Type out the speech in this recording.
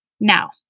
Now